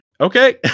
Okay